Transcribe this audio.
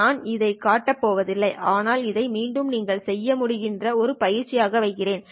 நான் இதைக் காட்டப் போவதில்லை ஆனால் இதை மீண்டும் நீங்கள் செய்ய முடிகிற ஒரு பயிற்சியாக வைக்கிறேன்